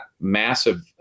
massive